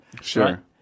Sure